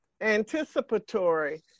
Anticipatory